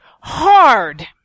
hard